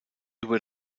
über